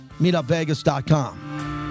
meetupvegas.com